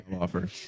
offer